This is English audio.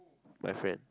my friend